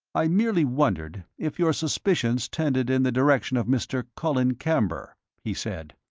i merely wondered if your suspicions tended in the direction of mr. colin camber, he said.